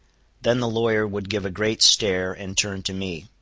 then the lawyer would give a great stare, and turn to me.